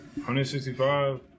165